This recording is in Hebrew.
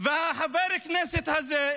וחבר הכנסת הזה,